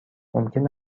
ممکن